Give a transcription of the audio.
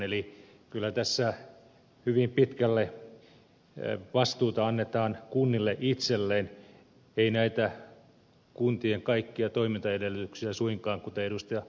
eli kyllä tässä hyvin pitkälle vastuuta annetaan kunnille itselleen ei valtio turvaa näitä kuntien kaikkia toimintaedellytyksiä suinkaan kuten ed